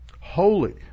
holy